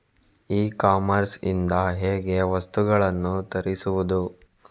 E commerce ಇಂದ ಹೇಗೆ ವಸ್ತುಗಳನ್ನು ತರಿಸುವುದು?